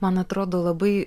man atrodo labai